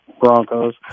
Broncos